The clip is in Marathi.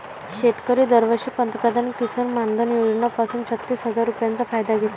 शेतकरी दरवर्षी पंतप्रधान किसन मानधन योजना पासून छत्तीस हजार रुपयांचा फायदा घेतात